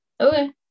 Okay